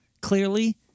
clearly